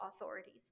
authorities